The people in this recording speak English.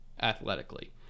athletically